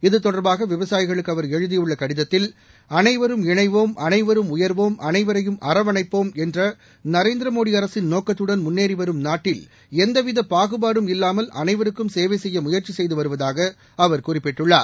இது தொடர்பாக விவசாயிகளுக்கு அவர் எழுதியுள்ள கடிதத்தில் அனைவரும் இணைவோம் அனைவரும் உயர்வோம் அனைவரையும் அரவணைப்போம் என்ற நரேந்திரமோடி அரசின் நோக்கத்துடன் முன்னேறி வரும் நாட்டில் எந்தவித பாகுபாடும் இல்லாமல் அனைவருக்கும் சேவை செய்ய முயற்சி செய்து வருவதாக அவர் குறிப்பிட்டுள்ளார்